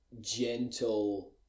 gentle